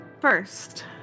first